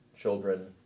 Children